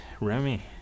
Remy